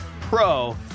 pro